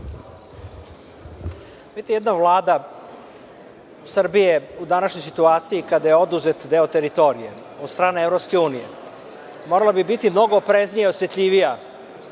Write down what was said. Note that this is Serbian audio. Jedna Vlada Srbije u današnjoj situaciji, kada joj je oduzet deo teritorije od strane EU, morala bi biti mnogo opreznija, osetljivija